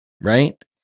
right